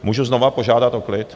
Můžu znovu požádat o klid?